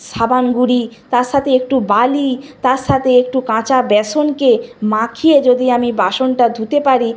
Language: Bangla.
সাবান গুঁড়ো তার সাথে একটু বালি তার সাথে একটু কাঁচা বেসনকে মাখিয়ে যদি আমি বাসনটা ধুতে পারি